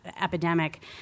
epidemic